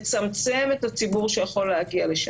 לצמצם את הציבור שיכול להגיע לשם.